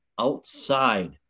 outside